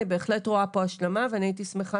אני בהחלט רואה פה השלמה ואני הייתי שמחה